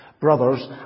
Brothers